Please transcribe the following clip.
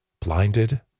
blinded